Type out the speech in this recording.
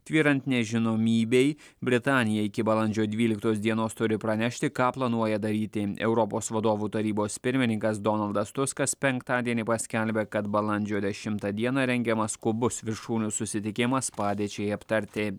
tvyrant nežinomybei britanija iki balandžio dvyliktos dienos turi pranešti ką planuoja daryti europos vadovų tarybos pirmininkas donaldas tuskas penktadienį paskelbė kad balandžio dešimtą dieną rengiamas skubus viršūnių susitikimas padėčiai aptarti